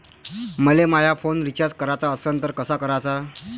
मले माया phone recharge कराचा असन तर कसा कराचा?